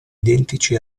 identici